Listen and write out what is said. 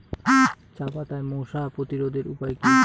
চাপাতায় মশা প্রতিরোধের উপায় কি?